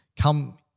come